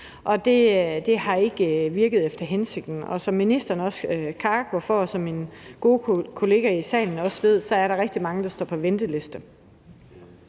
men det har ikke virket efter hensigten. Som ministeren også nævnte, og som en god kollega i salen også ved, er der rigtig mange, der står på venteliste.